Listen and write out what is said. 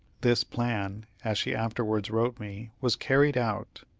this plan, as she afterwards wrote me, was carried out.